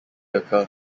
occur